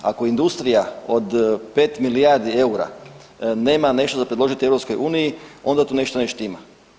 Ako industriji od 5 milijardi EUR-a nema nešto za predložiti EU onda tu nešto ne štima.